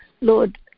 Lord